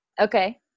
okay